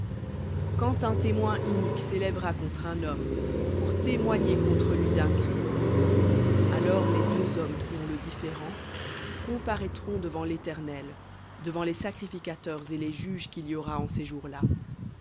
quand un témoin inique s'élèvera contre un homme pour témoigner contre lui d'un crime alors les deux hommes qui ont le différend comparaîtront devant l'éternel devant les sacrificateurs et les juges qu'il y aura en ces